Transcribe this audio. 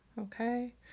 okay